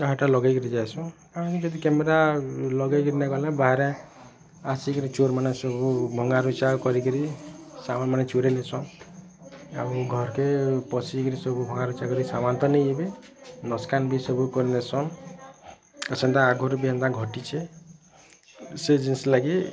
ବାହାର୍ଟା ଲଗେଇକି ଯାଏସୁଁ ଆମେ ଯଦି କ୍ୟାମେରା ଲଗେଇକି ନାଇ ନେବାର ବାହାରେ ଆସିକିରି ଚୋର୍ମାନେ କରିକି ଭଙ୍ଗାରୁଜା କର୍କି ସାମାନ୍ ପତର୍ ନେଇଯିବେ ଲୋକେସନ୍ ସବୁ କର୍ସନ୍ ସେନ୍ତା ଆଗରୁବି ଘଟିଛେ ସେ ଜିନିଷ୍ ଲାଗି